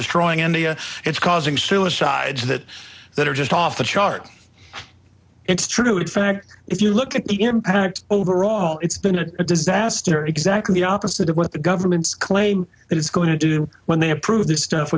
destroying india it's causing suicide to that that are just off the chart it's true in fact if you look at the impact overall it's been a disaster exactly the opposite of what the government's claim that it's going to do when they approve this stuff